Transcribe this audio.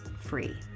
free